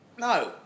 No